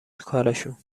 کارشون